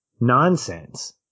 nonsense